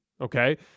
Okay